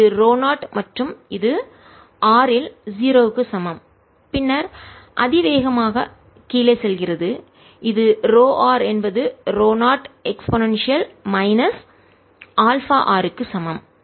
இது ρ0 மற்றும் இது r இல் 0 க்கு சமம் பின்னர் அதிவேகமாக கீழே செல்கிறது இது ρ r என்பது ρ0 e αr க்கு சமம்